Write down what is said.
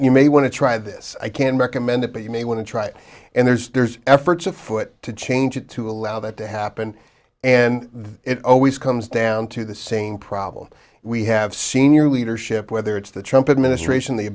you may want to try this i can recommend it but you may want to try and there's there's efforts afoot to change it to allow that to happen and it always comes down to the same problem we have senior leadership whether it's the trump administration the